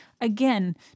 Again